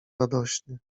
radośnie